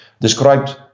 described